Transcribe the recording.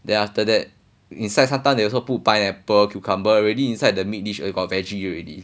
then after that inside sometime they also put pineapple cucumber already inside the meat dish already got vege~ already